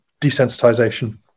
desensitization